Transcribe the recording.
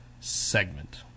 segment